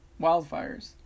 wildfires